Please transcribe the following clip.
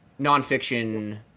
nonfiction